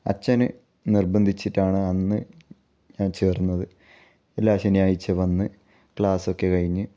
അച്ഛൻ നിർബന്ധിച്ചിട്ടാണ് അന്ന് ഞാൻ ചേർന്നത് എല്ലാ ശനിയാഴ്ച വന്ന് ക്ലാസ് ഒക്കെ കഴിഞ്ഞ്